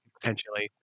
potentially